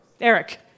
Eric